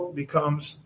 becomes